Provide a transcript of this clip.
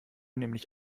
nämlich